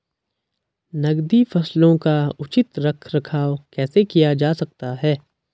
नकदी फसलों का उचित रख रखाव कैसे किया जा सकता है?